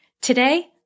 Today